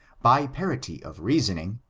by parity of reasoning,